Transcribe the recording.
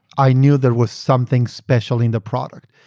i knew there was something special in the product.